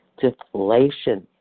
deflation